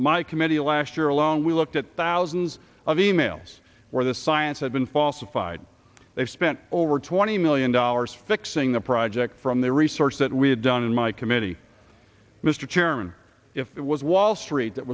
my committee last year alone we looked at thousands of e mails where the science had been falsified they spent over twenty million dollars fixing the project from the research that we had done in my committee mr chairman it was wall street that